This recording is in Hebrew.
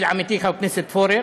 של עמיתי חבר הכנסת פורר,